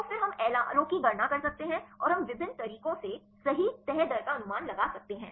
तो फिर हम एलआरओ की गणना कर सकते हैं और हम विभिन्न तरीकों से सही तह दर का अनुमान लगा सकते हैं